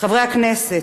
חברי הכנסת,